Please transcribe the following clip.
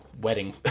wedding